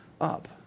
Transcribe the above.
up